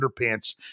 Underpants